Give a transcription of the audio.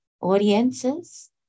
audiences